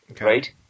right